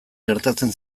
gertatzen